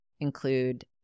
include